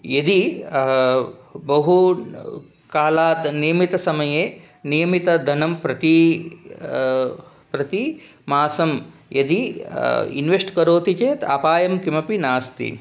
यदि बहुकालात् नियमितसमये नियमितधनं प्रति प्रतिमासं यदि इन्वेस्ट् करोति चेत् अपायं किमपि नास्ति